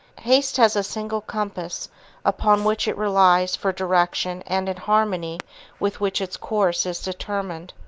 haste has a single compass upon which it relies for direction and in harmony with which its course is determined.